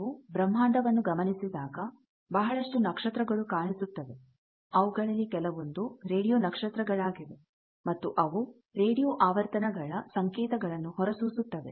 ನೀವು ಬ್ರಹ್ಮಾಂಡವನ್ನು ಗಮನಿಸಿದಾಗ ಬಹಳಷ್ಟು ನಕ್ಷತ್ರಗಳು ಕಾಣಿಸುತ್ತವೆ ಅವುಗಳಲ್ಲಿ ಕೆಲವೊಂದು ರೇಡಿಯೋ ನಕ್ಷತ್ರಗಳಾಗಿವೆ ಮತ್ತು ಅವು ರೇಡಿಯೋ ಆವರ್ತನಗಳ ಸಂಕೇತಗಳನ್ನು ಹೊರಸೂಸುತ್ತವೆ